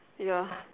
ya